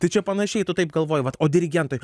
tai čia panašiai tu taip galvoji vat o dirigentui